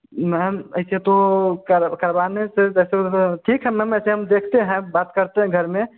ma'am ऐसे तो कर करवाने से ठीक है मैम ऐसे हम देखते हैं बात करते हैं घर में